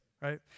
right